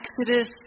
Exodus